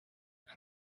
and